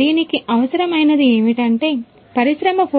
దీనికి అవసరమైనది ఏమిటంటే పరిశ్రమ 4